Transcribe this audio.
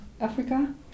Africa